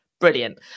brilliant